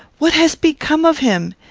what has become of him?